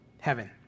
heaven